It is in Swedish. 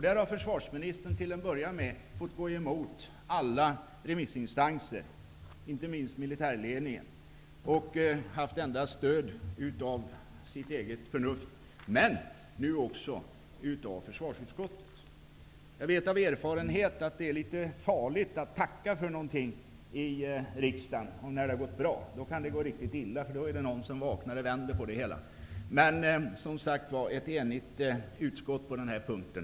Där har försvarsministern från början fått gå emot alla remissinstanser, inte minst militärledningen, och endast haft stöd av sitt eget förnuft. Men nu får han också stöd av försvarsutskottet. Jag vet av erfarenhet att det är litet farligt att tacka för någonting i riksdagen när det har gått bra. Då kan det gå riktigt illa, för då vaknar någon och vänder på det hela. Men utskottet står som sagt enigt på den här punkten.